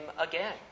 again